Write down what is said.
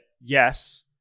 yes